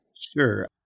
Sure